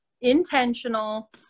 intentional